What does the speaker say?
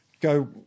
go